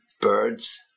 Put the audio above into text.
birds